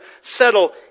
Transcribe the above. settle